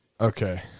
Okay